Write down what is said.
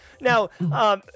Now